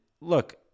look